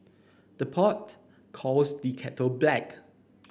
the pot calls the kettle black